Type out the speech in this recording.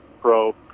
pro